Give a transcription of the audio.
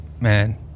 Man